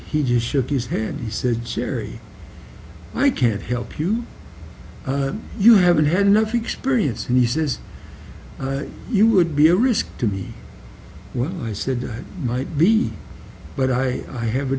he just shook his hand he said jerry i can't help you you haven't had enough experience and he says you would be a risk to me when i said i might be but i i have a